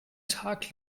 tag